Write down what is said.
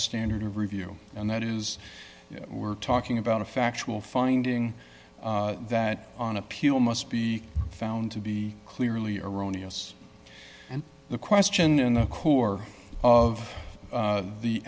standard of review and that is we're talking about a factual finding that on appeal must be found to be clearly erroneous and the question in the core of